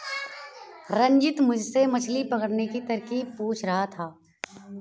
रंजित मुझसे मछली पकड़ने की तरकीब पूछ रहा था